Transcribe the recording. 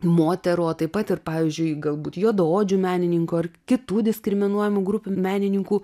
moterų o taip pat ir pavyzdžiui galbūt juodaodžių menininkų ar kitų diskriminuojamų grupių menininkų